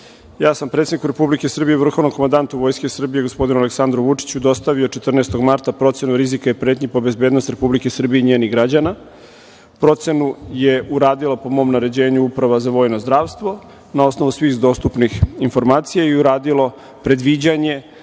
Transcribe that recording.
ja sam predsedniku Republike Srbije i vrhovnom komandantu Vojske Srbije, gospodinu Aleksandru Vučiću, dostavio 14. marta procenu rizika i pretnji po bezbednost Republike Srbije i njenih građana. Procenu je uradila, po mom naređenju, Uprava za vojno zdravstvo, na osnovu svih dostupnih informacija i uradilo predviđanje